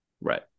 Right